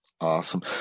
Awesome